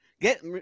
get